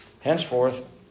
Henceforth